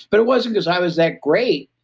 but it wasn't because i was that great.